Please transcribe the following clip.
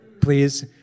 please